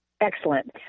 Excellent